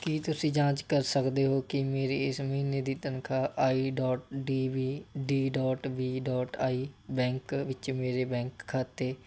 ਕੀ ਤੁਸੀਂਂ ਜਾਂਚ ਕਰ ਸਕਦੇ ਹੋ ਕਿ ਮੇਰੀ ਇਸ ਮਹੀਨੇ ਦੀ ਤਨਖਾਹ I dot D B D dot B dot I bank ਵਿੱਚ ਮੇਰੇ ਬੈਂਕ ਖਾਤੇ